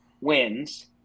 wins